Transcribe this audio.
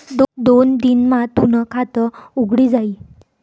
दोन दिन मा तूनं खातं उघडी जाई